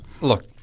Look